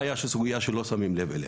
סוגייה נוספת שלא שמים לב אליה,